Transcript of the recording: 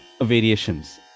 variations